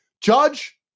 judge